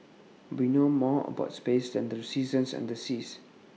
we know more about space than the seasons and the seas